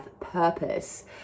purpose